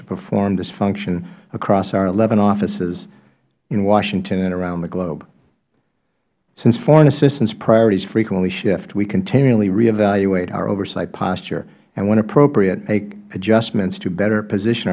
to perform this function across our eleven offices in washington and around the globe since foreign assistance priorities frequently shift we continually reevaluate our oversight posture and when appropriate make adjustments to better position